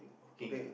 working ah